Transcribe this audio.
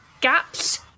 gaps